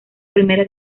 primera